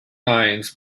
lines